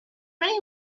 many